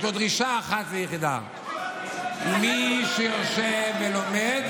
יש לו דרישה אחת ויחידה: מי שיושב ולומד,